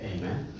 Amen